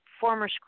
former